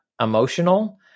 emotional